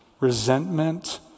resentment